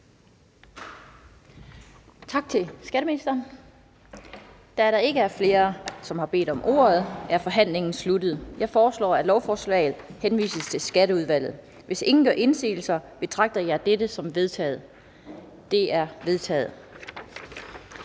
Tak til skatteministeren. Da der ikke er flere, der har bedt om ordet, er forhandlingen sluttet. Jeg foreslår, at lovforslaget henvises til Skatteudvalget. Hvis ingen gør indsigelse, betragter jeg dette som vedtaget. Det er vedtaget.